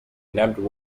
nabbed